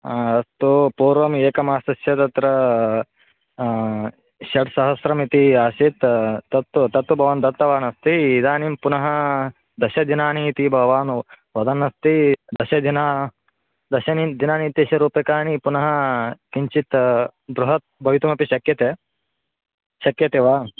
हा अस्तु पूर्वम् एकमासस्य तत्र षट् सहस्रमिति आसीत् तत्तु तत्तु भवान् दत्तवान् अस्ति इदानीं पुनः दशदिनानि इति भवान् वदन् अस्ति दशजनाः दशनि दिनानि इत्यस्य रूप्यकाणि पुनः किञ्चित् बृहत् भवितुमपि शक्यते शक्यते वा